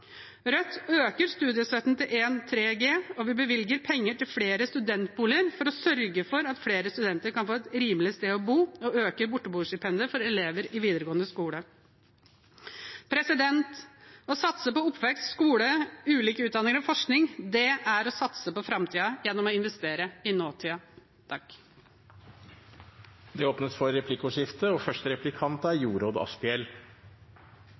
Rødt øker studiestøtten til 1,3G, og vi bevilger penger til flere studentboliger for å sørge for at flere studenter kan få et rimelig sted å bo. Vi øker også borteboerstipendet for elever i videregående skole. Å satse på oppvekst, skole, ulike utdanninger og forskning er å satse på framtiden gjennom å investere i nåtiden. Det blir replikkordskifte. Det å ha en god offentlig fellesskole for alle barn og